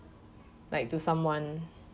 like to someone